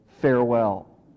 farewell